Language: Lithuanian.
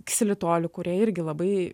ksilitoliu kurie irgi labai